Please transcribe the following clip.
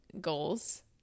goals